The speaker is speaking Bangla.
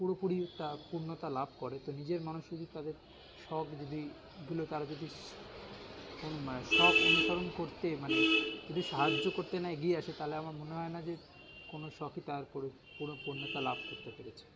পুরোপুরি তা পূর্ণতা লাভ করে তো নিজের মানুষ যদি তাদের শখ যদি দিল তারা যদি শখ অনুসরণ করতে মানে যদি সাহায্য করতে না এগিয়ে আসে তাহলে আমার মনে হয় না যে কোনো শখই তার পুরো পুরো পূর্ণতা লাভ করতে পেরেছে